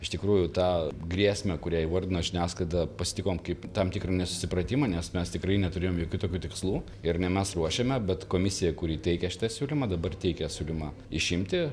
iš tikrųjų tą grėsmę kurią įvardino žiniasklaida pasitikom kaip tam tikrą nesusipratimą nes mes tikrai neturėjom jokių tokių tikslų ir ne mes ruošiame bet komisija kuri teikia šitą siūlymą dabar teikia siūlymą išimti